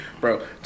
Bro